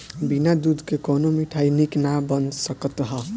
बिना दूध के कवनो मिठाई निक ना बन सकत हअ